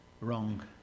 Wrong